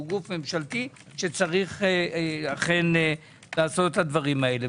שהוא גוף ממשלתי שצריך אכן לעשות את הדברים האלה.